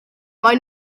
maen